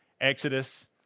Exodus